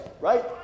right